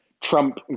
Trump